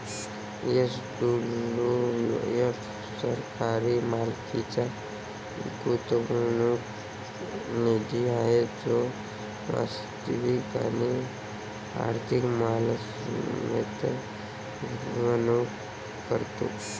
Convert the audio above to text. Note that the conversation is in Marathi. एस.डब्लू.एफ सरकारी मालकीचा गुंतवणूक निधी आहे जो वास्तविक आणि आर्थिक मालमत्तेत गुंतवणूक करतो